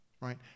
right